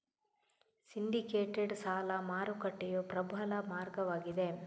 syndicated ಸಾಲ ಮಾರುಕಟ್ಟೆಯು ಪ್ರಬಲ ಮಾರ್ಗವಾಗಿದೆ